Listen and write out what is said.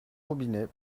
robinet